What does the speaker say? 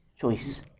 choice